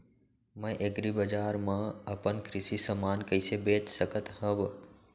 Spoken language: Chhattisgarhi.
मैं एग्रीबजार मा अपन कृषि समान कइसे बेच सकत हव?